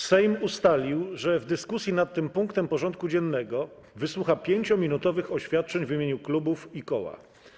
Sejm ustalił, że w dyskusji nad tym punktem porządku dziennego wysłucha 5-minutowych oświadczeń w imieniu klubów i koła.